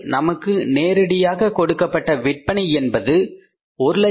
நமக்கு நேரடியாக கொடுக்கப்பட்ட விற்பனை என்பது 189500